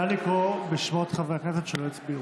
נא לקרוא בשמות חברי הכנסת שלא הצביעו.